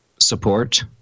support